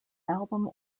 album